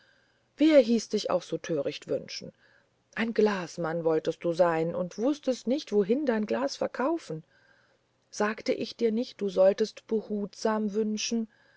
wer hieß dich auch so töricht wünschen ein glasmann wolltest du sein und wußtest nicht wohin dein glas verkaufen sagte ich dir nicht du solltest behutsam wünschen